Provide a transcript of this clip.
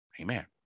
Amen